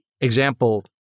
example